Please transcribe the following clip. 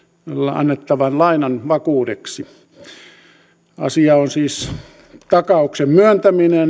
annettavan lainan vakuudeksi asiassa on siis kysymyksessä takauksen myöntäminen